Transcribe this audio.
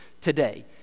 today